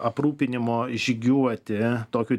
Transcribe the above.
aprūpinimo žygiuoti tokiu